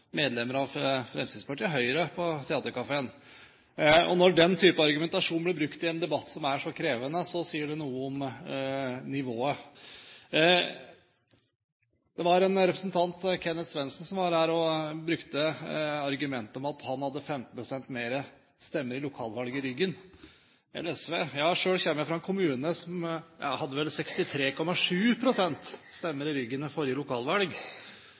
medlemmer av både Fremskrittspartiet og Høyre på Theatercaféen. Når den type argumentasjon blir brukt i en debatt som er så krevende, sier det noe om nivået. Det var en representant, Kenneth Svendsen, som var her og brukte argumentet om at han i lokalvalget hadde 15 pst. flere stemmer enn SV i ryggen. Jeg kommer selv fra en kommune hvor jeg hadde vel 63,7 pst. av stemmene i ryggen ved forrige lokalvalg,